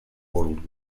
world